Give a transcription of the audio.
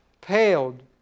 paled